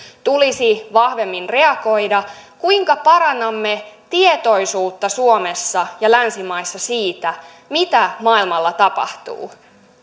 tulisi vahvemmin reagoida kuinka parannamme tietoisuutta suomessa ja länsimaissa siitä mitä maailmalla tapahtuu